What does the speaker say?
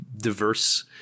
diverse